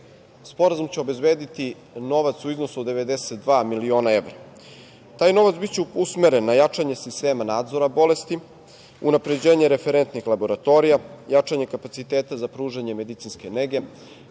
sporazum će obezbediti novac u iznosu od 92 miliona evra. Taj novac biće usmeren na jačanje sistema nadzora bolesti, unapređenje referentnih laboratorija, jačanje kapaciteta za pružanja medicinske nege,